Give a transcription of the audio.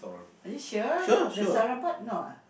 are you sure the sarabat no ah